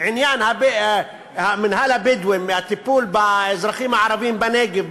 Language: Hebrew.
עניין מינהל הבדואים והטיפול באזרחים הערבים בנגב,